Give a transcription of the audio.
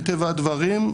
מטבע הדברים,